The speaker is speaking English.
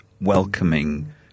welcoming